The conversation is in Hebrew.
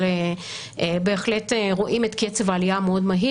אבל בהחלט רואים את קצב העלייה המהיר.